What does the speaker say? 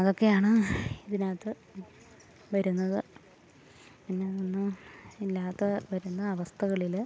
അതൊക്കെയാണ് ഇതിനകത്ത് വരുന്നത് പിന്നതൊന്ന് ഇല്ലാത്ത വരുന്ന അവസ്ഥകളിൽ